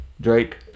Drake